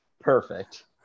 Perfect